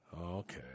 Okay